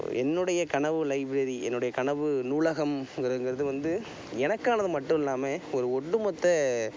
என்னுடைய கனவு லைப்ரரி என்னுடைய கனவு நூலகம் இங்றங்கிறது வந்து எனக்கானது மட்டும் இல்லாமல் ஒரு ஒட்டுமொத்த